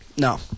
No